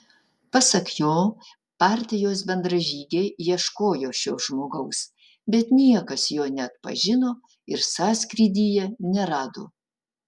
pasak jo partijos bendražygiai ieškojo šio žmogaus bet niekas jo neatpažino ir sąskrydyje nerado